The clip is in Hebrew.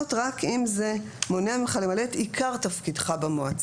רק אם זה מונע ממך למלא את עיקר תפקידך במועצה.